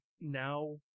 now